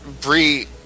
Bree